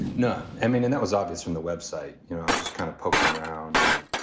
no. i mean, and that was obvious from the web site. you know, i was just kind of poking around and,